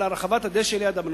על רחבת הדשא ליד המנורה.